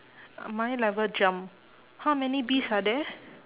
mine never jump how many bees are there